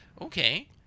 Okay